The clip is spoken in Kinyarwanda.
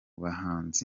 bahanzi